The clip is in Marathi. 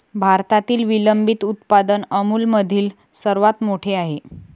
भारतातील विलंबित उत्पादन अमूलमधील सर्वात मोठे आहे